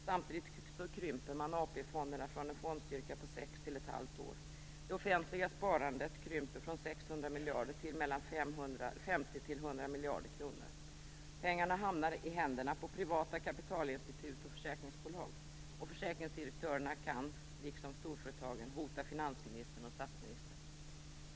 Samtidigt krymper man AP-fonderna från en fondstyrka på sex år till ett halvt år. Det offentliga sparandet krymper från 600 miljarder till 50-100 miljarder kronor. Pengarna hamnar i händerna på privata kapitalinstitut och försäkringsbolag, och försäkringsdirektörerna kan, liksom storföretagen, hota finansministern och statsministern.